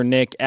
Nick